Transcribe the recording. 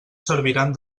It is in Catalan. serviran